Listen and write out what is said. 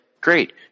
great